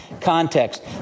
context